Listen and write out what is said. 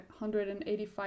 185